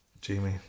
Jamie